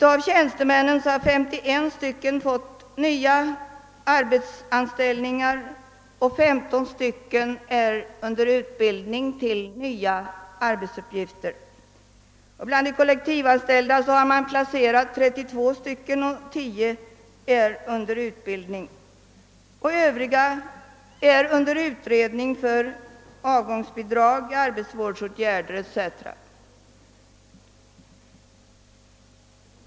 Av tjänstemännen har 51 fått nya arbetsanställningar, medan 15 beretts tillfälle till utbildning för nya arbetsuppgifter. Bland de kollektivanställda har man placerat 32, medan 10 genomgår utbildning. Beträffande de övriga pågår utredning om avgångsbidrag, arbetsvårdsåtgärder etc.